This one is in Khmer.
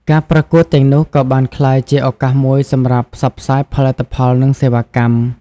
ការប្រកួតទាំងនោះក៏បានក្លាយជាឱកាសមួយសម្រាប់ផ្សព្វផ្សាយផលិតផល និងសេវាកម្ម។